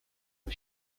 was